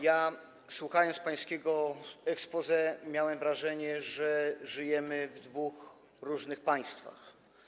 Ja słuchając pańskiego exposé, miałem wrażenie, że żyjemy w dwóch różnych państwach.